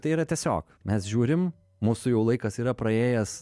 tai yra tiesiog mes žiūrim mūsų jau laikas yra praėjęs